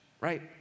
right